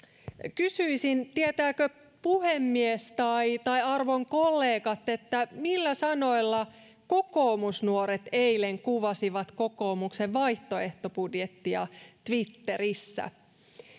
kysyisin tietääkö puhemies tai tai arvon kollegat millä sanoilla kokoomusnuoret eilen kuvasi kokoomuksen vaihtoehtobudjettia twitterissä